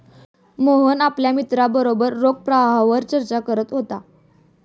मोहन आपल्या मित्रांबरोबर रोख प्रवाहावर चर्चा करत होता